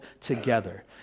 together